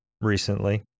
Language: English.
recently